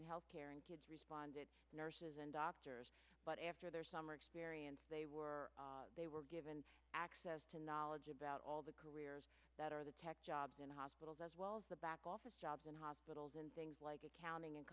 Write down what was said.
in health care and responded nurses and doctors but after their summer experience they were they were given access to knowledge about all the careers that are the tech jobs in hospitals as well as the back office jobs in hospitals and things like accounting and